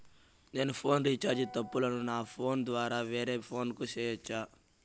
నేను phone recharge తప్పులను నా ఫోను ద్వారా వేరే ఫోను కు సేయొచ్చా?